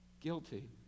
Guilty